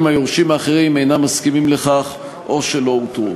היורשים האחרים אינם מסכימים לכך או לא נמצאו.